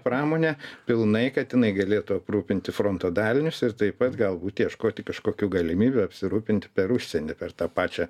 pramonę pilnai kad jinai galėtų aprūpinti fronto dalinius ir taip pat galbūt ieškoti kažkokių galimybių apsirūpinti per užsienį per tą pačią